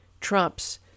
trumps